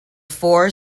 four